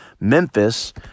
Memphis